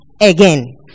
again